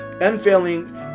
unfailing